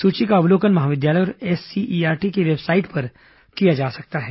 सूची का अवलोकन महाविद्यालय और एससीईआरटी की वेबसाइट पर किया जा सकता है